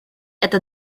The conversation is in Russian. это